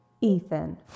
Ethan